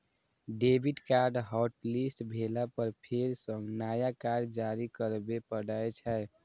debit card hotlist भेला पर फेर सं नया कार्ड जारी करबे पड़ै छै